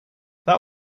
that